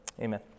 amen